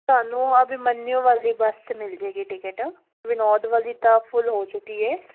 ਤੁਹਾਨੂੰ ਅਭਿਮਨਿਊ ਵਾਲੀ ਬੱਸ ਮਿਲ ਜਾਏਗੀ ਟਿਕਟ ਵਿਨੋਦ ਵਾਲੀ ਤਾਂ ਫੁੱਲ ਹੋ ਚੁੱਕੀ ਐ